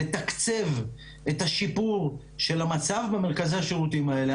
לתקצב את השיפור של המצב במרכזי השירותים האלה.